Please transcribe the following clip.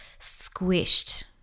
squished